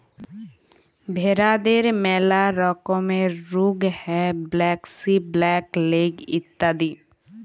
ভেরাদের ম্যালা রকমের রুগ হ্যয় ব্র্যাক্সি, ব্ল্যাক লেগ ইত্যাদি